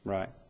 Right